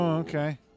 Okay